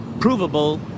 provable